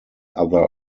other